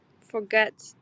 forget